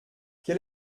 quel